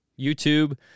YouTube